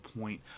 point